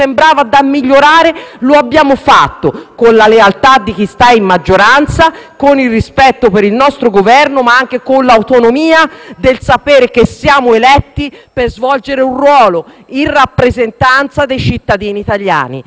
con il rispetto per il nostro Governo, ma anche con l'autonomia data dal sapere che siamo eletti per svolgere un ruolo, in rappresentanza dei cittadini italiani. Credo che voi dovreste riflettere bene su questo fatto,